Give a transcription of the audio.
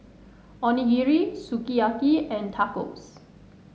Onigiri Sukiyaki and Tacos